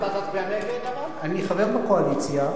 אני חבר בקואליציה,